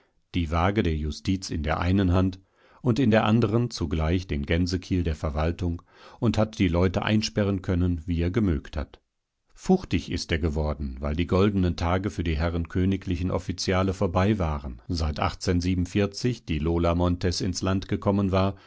die wage der justiz in der einen hand und in der anderen zugleich den gänsekiel der verwaltung und hat die leute einsperren können wie er gemögt hat fuchtig ist er geworden weil die goldenen tage für die herren königlichen offiziale vorbei waren seit die lola montez ins land gekommen war